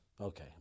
okay